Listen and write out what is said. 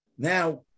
Now